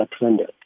attended